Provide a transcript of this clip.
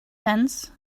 sense